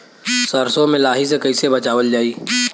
सरसो में लाही से कईसे बचावल जाई?